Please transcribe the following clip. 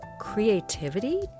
creativity